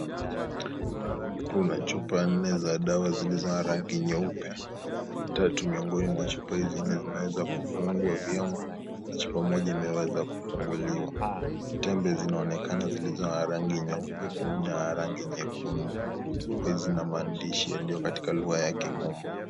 Kuna chupa nne za dawa zilizo na rangi nyeupe. Tatu miongoni mwa chupa hizi nne zimeweza kufungwa vyema na chupa moja imeweza kufunguliwa. Tembe zinaonekana zilizona rangi nyeupe pamoja na ya rangi nyekundu. Zina maandishi yaliyo katika lugha ya kimombo.